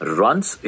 runs